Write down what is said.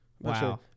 wow